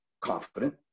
confident